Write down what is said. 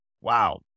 Wow